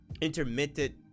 Intermittent